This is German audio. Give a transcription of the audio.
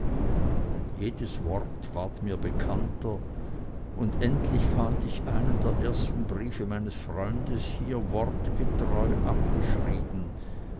jedes wort ward mir bekannter und endlich fand ich einen der ersten briefe meines freundes hier wortgetreu abgeschrieben